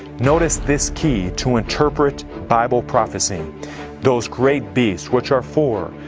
notice this key to interpret bible prophecy those great beasts, which are four,